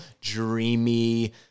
dreamy